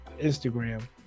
Instagram